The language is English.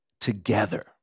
together